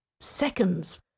seconds